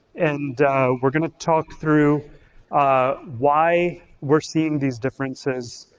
and we're gonna talk through ah why we're seeing these differences